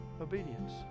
obedience